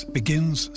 begins